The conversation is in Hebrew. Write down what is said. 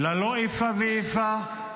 ללא איפה ואיפה,